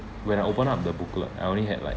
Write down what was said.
when I open up the booklet I only had like